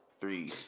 three